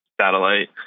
satellite